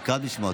היא קראה בשמו.